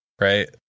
right